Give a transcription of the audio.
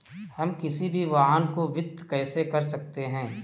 हम किसी भी वाहन को वित्त कैसे कर सकते हैं?